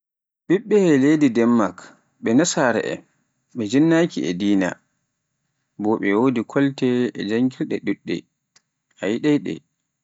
ɓiɓɓe leydi Denmak, ɓe nasara'en ɓe jinnaki e dina, bo ɓe wodi kolte e janngirde ɗuɗɗe a yiɗai ɗe.